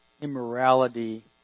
immorality